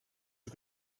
you